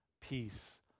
peace